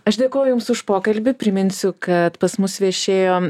aš dėkoju jums už pokalbį priminsiu kad pas mus viešėjo